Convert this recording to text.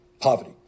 poverty